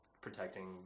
protecting